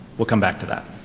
we'll come back to that.